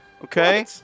Okay